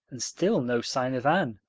and still no sign of anne,